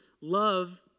love